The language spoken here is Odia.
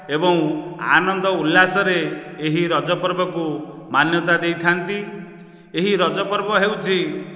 ଏବଂ ଆନନ୍ଦ ଉଲ୍ଲାସରେ ଏହି ରଜପର୍ବକୁ ମାନ୍ୟତା ଦେଇଥାନ୍ତି ଏହି ରଜ ପର୍ବ ହେଉଛି